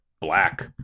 black